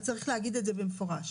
צריך להגיד את זה במפורש.